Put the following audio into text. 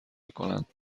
کنند